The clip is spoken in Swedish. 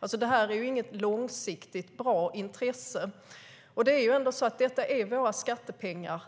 Det är inget långsiktigt bra intresse. Det här handlar om våra skattepengar,